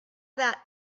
that